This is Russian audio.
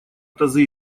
тазы